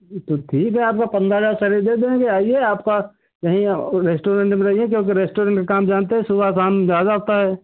तो ठीक है आपका पंद्रह हजार करीब दे देंगे आइए आप आपका यही रेस्टूरेंट मे रहिए क्योंकि रेस्टूरेंट का काम जानते हैं सुबह शाम ज़्यादा होता है